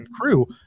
crew